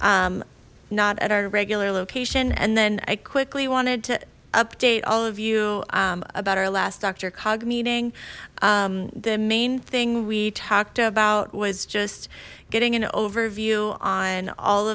westwoods not at our regular location and then i quickly wanted to update all of you about our last doctor cog meeting the main thing we talked about was just getting an overview on all